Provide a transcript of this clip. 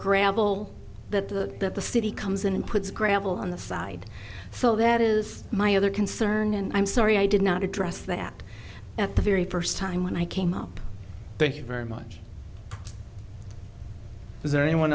gravel that the that the city comes in and puts gravel on the side so that is my other concern and i'm sorry i do not address that at the very first time when i came out thank you very much is there anyone